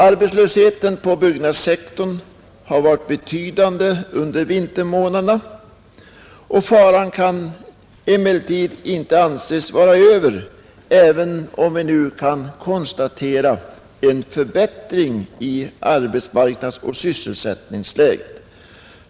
Arbetslösheten på byggnadsséktorn har varit betydande under vintermånaderna, och faran kan inte anses vara över, även om vi nu kan konstatera en förbättring i arbetsmarknadsoch sysselsättningsläget.